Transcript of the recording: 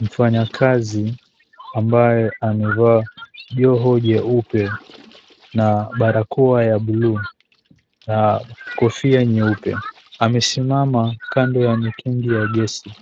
Mfanyakazi ambaye amevaa joho jeupe na barakoa ya buluu na kofia nyeupe amesimama kando ya mitungi ya gesi,